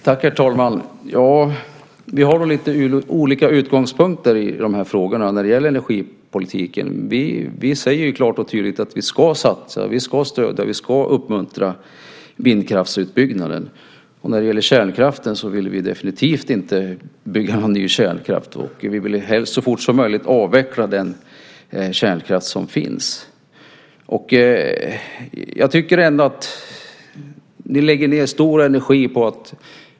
Herr talman! Vi har nog lite olika utgångspunkt i frågorna om energipolitiken. Vi säger ju klart och tydligt att vi ska satsa, stödja och uppmuntra vindkraftsutbyggnaden. Vi vill definitivt inte bygga någon ny kärnkraft. Vi vill helst så fort som möjligt avveckla den kärnkraft som finns. Jag tycker ändå att ni lägger ned stor energi här.